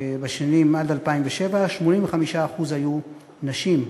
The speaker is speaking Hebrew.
בשנים עד 2007, 85% היו נשים.